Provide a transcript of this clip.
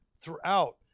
throughout